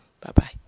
Bye-bye